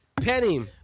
Penny